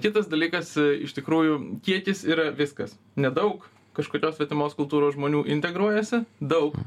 kitas dalykas iš tikrųjų kiekis yra viskas nedaug kažkokios svetimos kultūros žmonių integruojasi daug